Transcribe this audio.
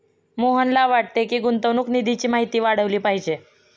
मोहनला वाटते की, गुंतवणूक निधीची माहिती वाढवली पाहिजे